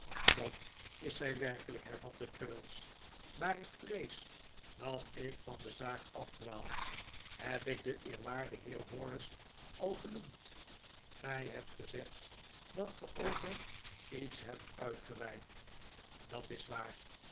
dat is zij werkelijk hervatte traddles maar ik vrees dat ik van de zaak afdwaal heb ik den eerwaarden heer horace al genoemd gij hebt gezegd dat ge over iets hebt uitgeweid dat is waar